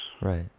Right